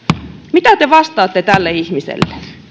mitä te vastaatte tälle ihmiselle